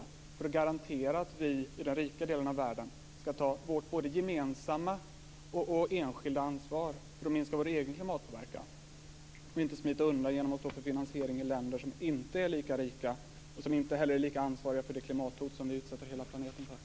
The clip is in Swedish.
Syftet är att garantera att vi i den rika delen av världen både tar vårt gemensamma och vårt enskilda ansvar och minskar vår egen klimatpåverkan. Vi får inte smita undan genom att stå för finansiering i länder som inte är lika rika och som inte heller är lika ansvariga för det klimathot som vi utsätter hela planeten för.